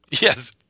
Yes